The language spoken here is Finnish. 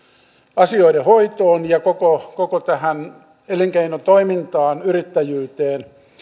asioiden hoitoon ja koko koko tähän elinkeinotoimintaan yrittäjyyteen